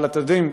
אבל אתם יודעים,